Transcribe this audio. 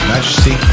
Majesty